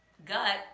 gut